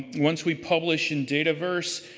once we publish in dataverse,